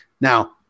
Now